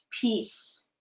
peace